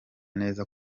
neza